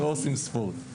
לא עושים ספורט".